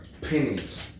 pennies